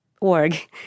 org